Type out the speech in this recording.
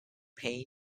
payne